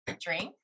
drink